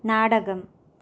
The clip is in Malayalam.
നാടകം